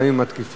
גם אם מתקיפים,